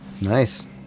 Nice